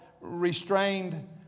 restrained